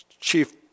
chief